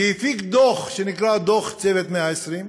שהפיק דוח שנקרא "דוח צוות 120 הימים".